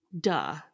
duh